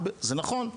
זה נכון,